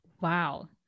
Wow